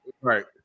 right